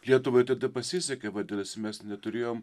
lietuvai tada pasisekė vadinasi mes neturėjom